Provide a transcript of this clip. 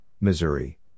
Missouri